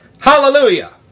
Hallelujah